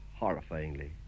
horrifyingly